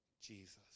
Jesus